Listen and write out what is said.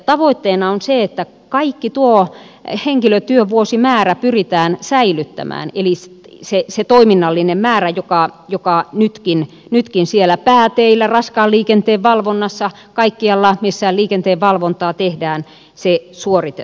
tavoitteena on se että kaikki tuo henkilötyövuosimäärä pyritään säilyttämään eli se toiminnallinen määrä joka nytkin siellä pääteillä raskaan liikenteen valvonnassa kaikkialla missä liikenteenvalvontaa tehdään suoritetaan